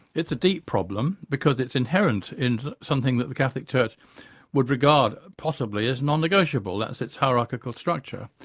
it's a deep problem because it's inherent in something that the catholic church would regard possibly as non-negotiable that's its hierarchical structure.